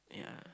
yeah